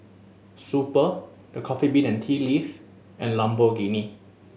Super The Coffee Bean and Tea Leaf and Lamborghini